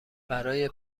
برای